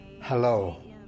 Hello